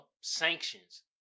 sanctions